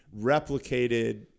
replicated